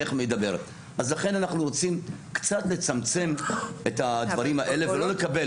לכן אנחנו רוצים קצת לצמצם את הדברים האלה ולא לקבל